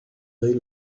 they